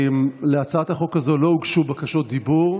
להצעת החוק לא הוגשו בקשות דיבור,